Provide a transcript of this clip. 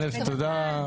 תודה.